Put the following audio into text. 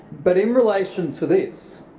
but in relation to this,